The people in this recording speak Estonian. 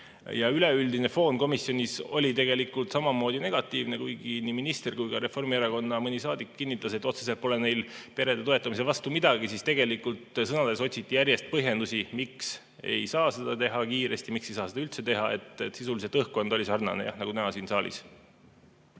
Ja üleüldine foon komisjonis oli tegelikult samamoodi negatiivne, kuigi nii minister kui ka mõni Reformierakonna saadik kinnitas, et otseselt pole neil perede toetamise vastu midagi, siis sõnades otsiti järjest põhjendusi, miks ei saa seda teha kiiresti, miks ei saa seda üldse teha. Sisuliselt oli õhkkond sarnane nagu siin saalis.